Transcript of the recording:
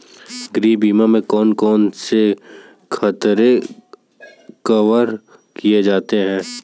गृह बीमा में कौन कौन से खतरे कवर किए जाते हैं?